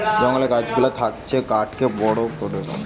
জঙ্গলের গাছ গুলা থাকলে কাঠকে বড় করে বেঁধে